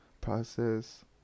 Process